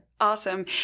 Awesome